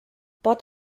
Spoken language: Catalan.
pot